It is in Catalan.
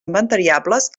inventariables